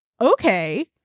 okay